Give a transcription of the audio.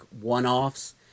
one-offs